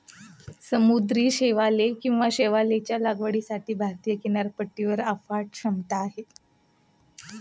समुद्री शैवाल किंवा शैवालच्या लागवडीसाठी भारतीय किनारपट्टीवर अफाट क्षमता आहे